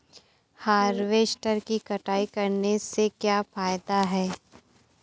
Harvester से कटाई करने से क्या फायदा है?